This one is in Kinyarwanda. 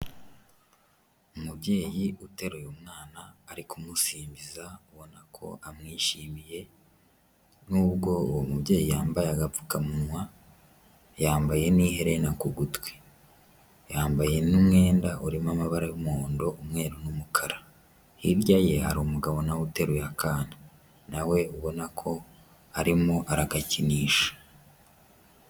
Umubyeyi uteruye umwana ari kumusimbiza ubona ko amwishimiye n'ubwo uwo mubyeyi yambaye agapfukamunwa, yambaye n'iherena ku gutwi, yambaye n'umwenda urimo amabara y'umuhondo, umweru n'umukara. Hirya ye hari umugabo na we uteruye akana. Na we ubona ko arimo aragakinisha.